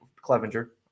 Clevenger